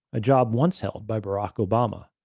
a job once held by barack obama.